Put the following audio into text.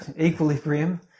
equilibrium